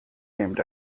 aimed